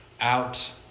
Out